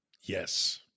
Yes